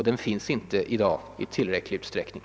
Den finns inte i dag i tillräcklig utsträckning.